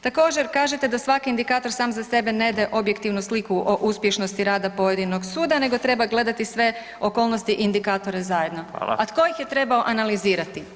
Također kažete da svaki indikator sam za sebe ne daje objektivnu sliku o uspješnosti rada pojedinog suda nego treba gledati sve okolnosti indikatora zajedno [[Upadica: Fala]] A tko ih je trebao analizirati?